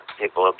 people